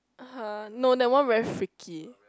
(huh) no that one very freaky